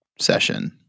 session